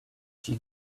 she